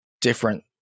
different